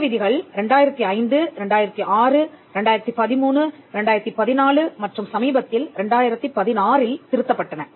இந்த விதிகள் 2005 2006 2013 2014 மற்றும் சமீபத்தில் 2016 ல் திருத்தப்பட்டன